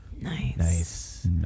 nice